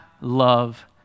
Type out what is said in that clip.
love